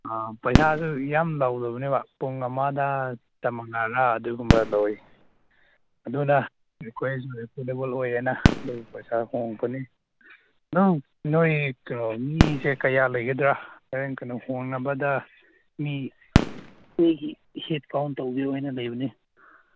ꯄꯩꯁꯥꯁꯨ ꯌꯥꯝ ꯂꯧꯗꯕꯅꯦꯕ ꯄꯨꯡ ꯑꯃꯗ ꯆꯃꯉꯥꯔ ꯑꯗꯨꯒꯨꯝꯕ ꯂꯧꯋꯤ ꯑꯗꯨꯅ ꯄꯩꯁꯥ ꯍꯣꯡꯕꯅꯤ ꯑꯗꯨꯝ ꯅꯣꯏ ꯃꯤꯁꯦ ꯀꯌꯥ ꯂꯩꯒꯗ꯭ꯔ ꯍꯣꯔꯦꯟ ꯀꯩꯅꯣ ꯍꯣꯡꯉꯕꯗ ꯃꯤ ꯂꯩꯕꯅꯦ